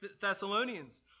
Thessalonians